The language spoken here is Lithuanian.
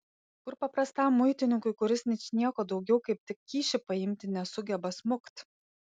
kur paprastam muitininkui kuris ničnieko daugiau kaip tik kyšį paimti nesugeba smukt